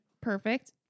Perfect